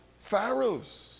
Pharaohs